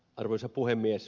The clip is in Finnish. arvoisa puhemies